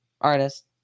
artist